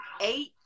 eight